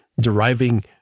deriving